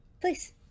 please